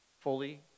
fully